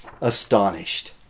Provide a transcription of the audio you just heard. astonished